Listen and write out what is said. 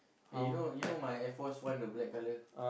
eh you know you know my Air Force One the black colour